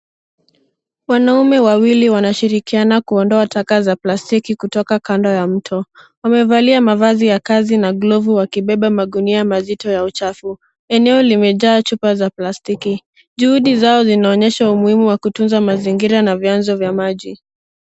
Wanaume wawili wanashirikiana kuondoa taka za plastiki kutoka kando ya mto. Wamevalia mavazi ya kazi na glovu wakibeba magunia mazito ya uchafu. Eneo limejaa chupa za plastiki. Juhudi zao zinaonyesha umuhimu wa kutunza mazingira na vyanzo vya maji.